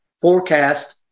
Forecast